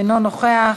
אינו נוכח,